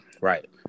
right